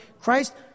Christ